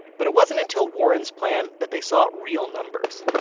but it wasn't until warren's plan that they saw real numbers.